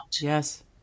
Yes